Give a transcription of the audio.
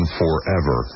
forever